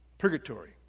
purgatory